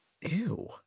ew